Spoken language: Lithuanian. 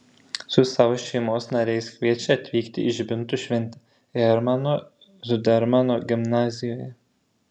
su savo šeimos nariais kviečia atvykti į žibintų šventę hermano zudermano gimnazijoje